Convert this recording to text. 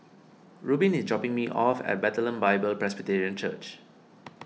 Rubin is dropping me off at Bethlehem Bible Presbyterian Church